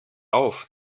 auf